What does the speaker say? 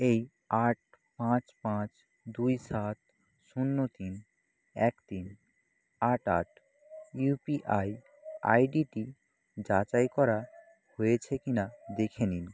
এই আট পাঁচ পাঁচ দুই সাত শূন্য তিন এক তিন আট আট ইউ পি আই আইডিটি যাচাই করা হয়েছে কি না দেখে নিন